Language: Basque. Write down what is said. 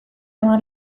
hamar